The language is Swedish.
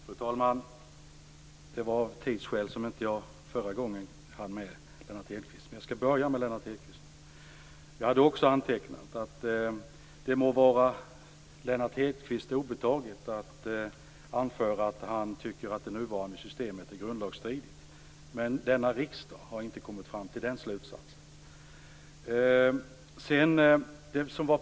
Fru talman! Det var av tidsskäl som jag i mitt förra inlägg inte tog med Lennart Hedquist. Det må vara Lennart Hedquist obetaget att anföra att han tycker att det nuvarande systemet är grundlagsstridigt. Men denna riksdag har inte kommit fram till den slutsatsen.